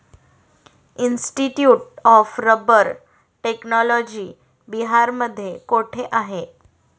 Institute of rubber technology बिहारमध्ये कोठे आहे?